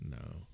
No